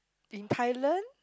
in Thailand